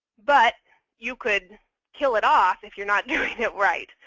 but you could kill it off if you're not doing it right.